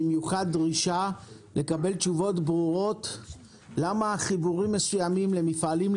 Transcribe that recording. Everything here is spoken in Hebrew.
במיוחד הדרישה לקבל תשובות ברורות למה חיבורים מסוימים למפעלים,